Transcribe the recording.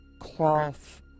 cloth